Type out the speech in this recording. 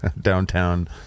downtown